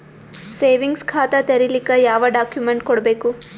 Savings ಖಾತಾ ತೇರಿಲಿಕ ಯಾವ ಡಾಕ್ಯುಮೆಂಟ್ ಕೊಡಬೇಕು?